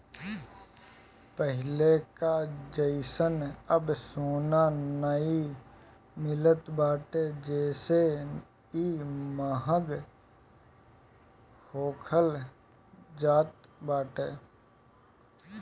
पहिले कअ जइसन अब सोना नाइ मिलत बाटे जेसे इ महंग होखल जात बाटे